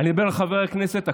אני אדבר אל חבר הכנסת אקוניס,